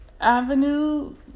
avenue